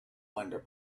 under